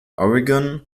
oregon